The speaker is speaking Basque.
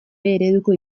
ereduko